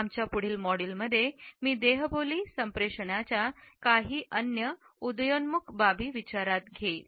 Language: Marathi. आमच्या पुढील मॉड्यूलमध्ये मी देहबोली संप्रेषणाच्या काही अन्य उदयोन्मुख बाबी विचारात घेईल